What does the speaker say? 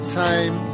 time